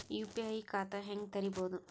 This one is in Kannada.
ಯು.ಪಿ.ಐ ಖಾತಾ ಹೆಂಗ್ ತೆರೇಬೋದು?